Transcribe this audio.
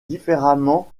différemment